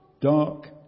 dark